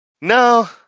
No